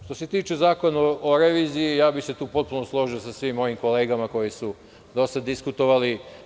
Što se tiče zakona o reviziji, tu bi se potpuno složio sa svim mojim kolegama koji su dosta diskutovali.